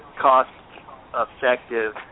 cost-effective